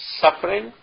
Suffering